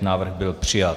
Návrh byl přijat.